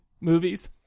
movies